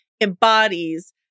embodies